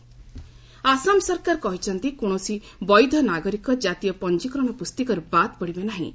Assam assembly Assam ସରକାର କହିଛନ୍ତି କୌଣସି ବୈଧ ନାଗରିକ ଜାତୀୟ ପଞ୍ଜୀକରଣ ପୁସ୍ତିକାରୁ ବାଦ୍ ପଡ଼ିବେ ନାହିଁ